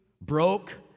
broke